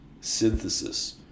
synthesis